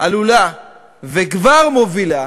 עלולה וכבר מובילה